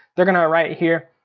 they're gonna write here,